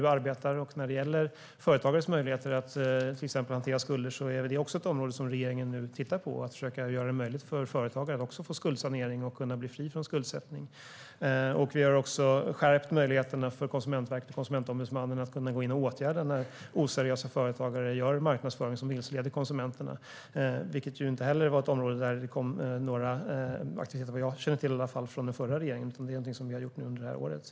Det är ett område där vi nu arbetar. Företagares möjligheter att till exempel hantera skulder är också ett område som regeringen nu tittar på. Det handlar om att försöka göra det möjligt för företagare att få skuldsanering och bli fria från skuldsättning. Vi har också skärpt möjligheterna för Konsumentverket och Konsumentombudsmannen att gå in och åtgärda när oseriösa företagare gör marknadsföring som vilseleder konsumenterna. Det var inte heller ett område där det kom några aktiviteter, vad jag känner till i alla fall, från den förra regeringen. Det är någonting som vi har gjort under det här året.